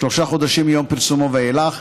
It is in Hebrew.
שלושה חודשים מיום פרסומו ואילך.